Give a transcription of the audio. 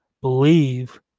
Believe